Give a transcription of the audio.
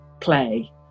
play